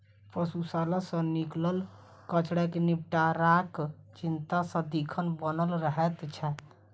पशुशाला सॅ निकलल कचड़ा के निपटाराक चिंता सदिखन बनल रहैत छै